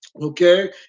Okay